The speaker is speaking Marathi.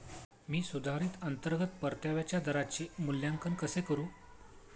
मी सुधारित अंतर्गत परताव्याच्या दराचे मूल्यांकन कसे करू?